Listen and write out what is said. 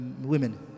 women